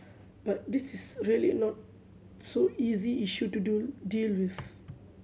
but this is really not so easy issue to do deal with